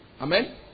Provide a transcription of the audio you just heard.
Amen